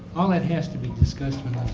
all it has to be discussed when